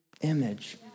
image